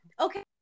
okay